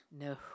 No